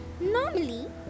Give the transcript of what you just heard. Normally